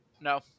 No